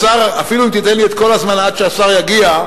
ואפילו אם תיתן לי את כל הזמן עד שהשר יגיע,